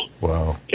Wow